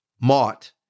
mott